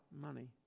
money